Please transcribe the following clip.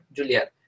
Juliet